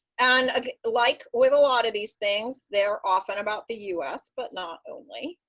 and ah like with a lot of these things, they are often about the us, but not only.